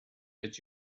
but